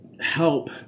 help